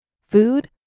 Food